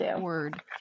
word